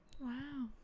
wow